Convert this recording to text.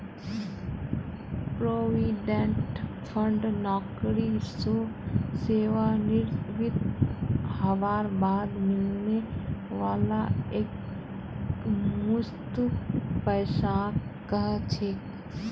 provident fund नौकरी स सेवानृवित हबार बाद मिलने वाला एकमुश्त पैसाक कह छेक